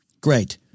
Great